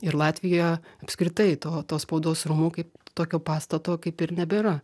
ir latvijoje apskritai to to spaudos rūmų kaip tokio pastato kaip ir nebėra